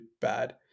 bad